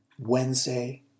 Wednesday